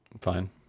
fine